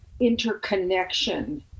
interconnection